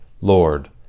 Lord